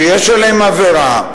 שיש בהם עבירה,